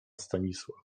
stanisław